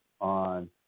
on